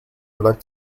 black